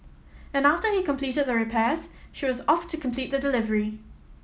and after he completed the repairs she was off to complete the delivery